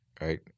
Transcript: right